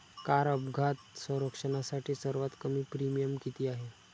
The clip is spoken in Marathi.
कार अपघात संरक्षणासाठी सर्वात कमी प्रीमियम किती आहे?